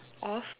of